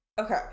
okay